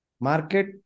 market